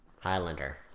Highlander